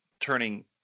turning